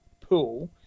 pool